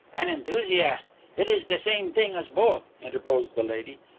an enthusiast it is the same thing as both, interposed the lady.